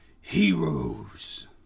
heroes